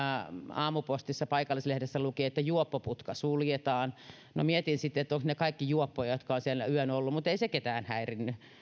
aamupostissa paikallislehdessä luki että juoppoputka suljetaan mietin sitten että ovatko ne kaikki juoppoja jotka ovat siellä yön olleet mutta ei se ketään häirinnyt